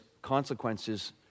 Consequences